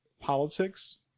politics